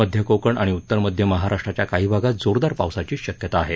मध्य कोकण आणि उत्तर मध्य महाराष्ट्राच्या काही भागात जोरदार पावसाची शक्यता आहे